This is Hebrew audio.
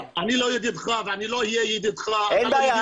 אני לא ידידך ואני לא אהיה ידידך --- אין בעיה,